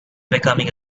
becoming